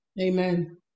Amen